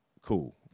cool